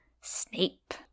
Snape